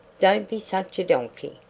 don't be such a donkey.